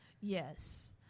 Yes